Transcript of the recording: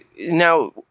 now